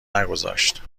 نگذاشت